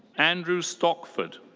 andrew stockford.